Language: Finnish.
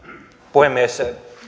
puhemies